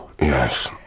Yes